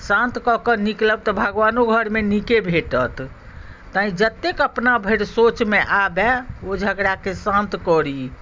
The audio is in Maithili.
शान्त कऽ कऽ निकलब तऽ भगवानो घरमे नीके भेटत ताहि जतेक अपना भरि सोचमे आबए ओ झगड़ाके शान्त करी